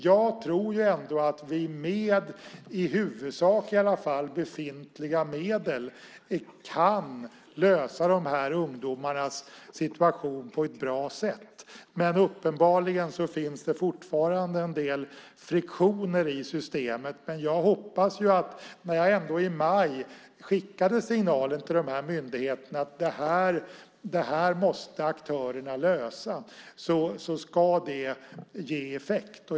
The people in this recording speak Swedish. Jag tror ändå att vi, i huvudsak i alla fall, med befintliga medel kan lösa dessa ungdomars situation på ett bra sätt. Det finns uppenbarligen fortfarande friktioner i systemet, men jag hoppas ändå att efter att jag i maj skickade signalen till dessa myndigheter att aktörerna måste lösa detta så ska det ge effekt.